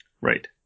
Right